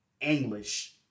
English